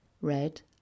red